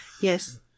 Yes